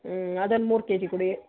ಹ್ಞೂ ಅದೊಂದು ಮೂರು ಕೆಜಿ ಕೊಡಿ